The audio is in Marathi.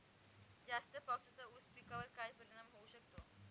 जास्त पावसाचा ऊस पिकावर काय परिणाम होऊ शकतो?